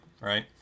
Right